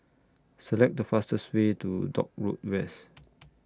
Select The fastest Way to Dock Road West